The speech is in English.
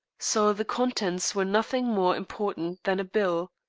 so the contents were nothing more important than a bill.